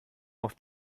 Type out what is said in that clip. auf